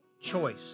choice